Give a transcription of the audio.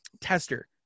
tester